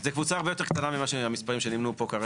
זו קבוצה הרבה יותר קטנה מהמספרים שנמנו פה כרגע.